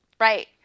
right